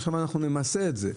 עכשיו אנחנו נמסה את זה.